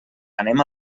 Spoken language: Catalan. anem